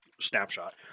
snapshot